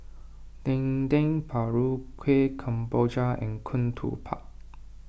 Dendeng Paru Kueh Kemboja and Ketupat